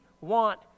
want